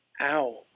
Ow